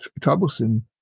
troublesome